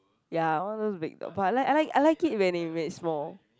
ya all those big dog but I like I like it when it make small